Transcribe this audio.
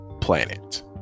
planet